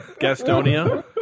Gastonia